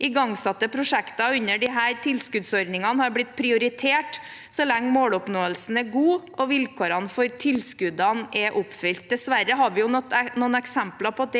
Igangsatte prosjekter under disse tilskuddsordningene har blitt prioritert så lenge måloppnåelsen er god og vilkårene for tilskuddene er oppfylt. Dessverre har vi noen eksempler på at det